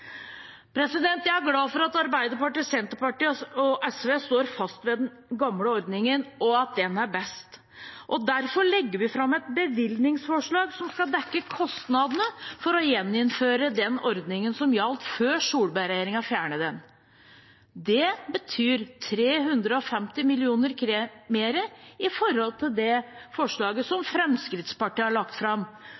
Jeg er glad for at Arbeiderpartiet, Senterpartiet og SV står fast ved den gamle ordningen, at den er best. Derfor legger vi fram et bevilgningsforslag som skal dekke kostnadene ved å gjeninnføre den ordningen som gjaldt før Solberg-regjeringen fjernet den. Det betyr 350 mill. kr mer i forhold til det forslaget som